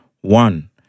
One